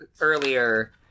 earlier